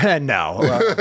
No